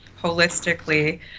holistically